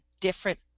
different